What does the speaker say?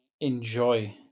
enjoy